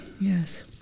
Yes